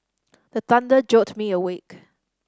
the thunder jolt me awake